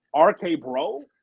RK-Bro